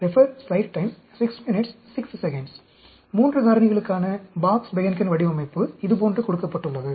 3 காரணிகளுக்கான பெட்டி பெஹன்கென் வடிவமைப்பு இதுபோன்று கொடுக்கப்பட்டுள்ளது